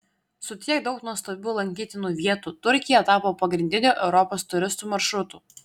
su tiek daug nuostabių lankytinų vietų turkija tapo pagrindiniu europos turistų maršrutu